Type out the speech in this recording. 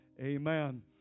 Amen